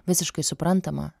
visiškai suprantama